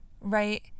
right